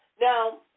Now